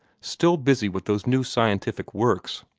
still busy with those new scientific works.